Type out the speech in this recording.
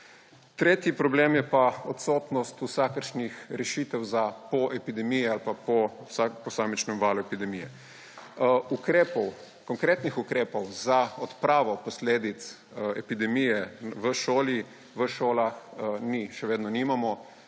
Tretji problem je pa odsotnost vsakršnih rešitev za po epidemiji ali po posamičnem valu epidemije. Konkretnih ukrepov za odpravo posledic epidemije v šolah še vedno nimamo,